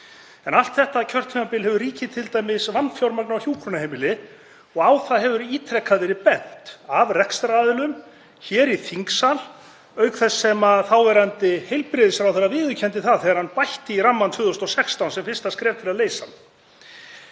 En allt þetta kjörtímabil hefur ríkið t.d. vanfjármagnað hjúkrunarheimili og á það hefur ítrekað verið bent af rekstraraðilum auk þess sem þáverandi heilbrigðisráðherra viðurkenndi það þegar hann bætti í rammann 2016 sem fyrsta skref til að leysa vandann.